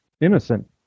innocent